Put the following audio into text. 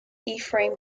ephraim